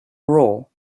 raw